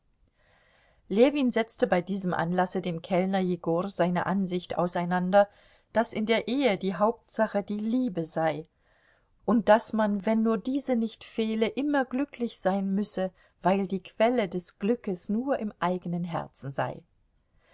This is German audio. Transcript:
ljewin setzte bei diesem anlasse dem kellner jegor seine ansicht auseinander daß in der ehe die hauptsache die liebe sei und daß man wenn nur diese nicht fehle immer glücklich sein müsse weil die quelle des glückes nur im eigenen herzen sei